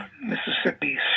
Mississippi